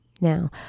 Now